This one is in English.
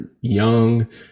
young